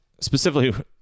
specifically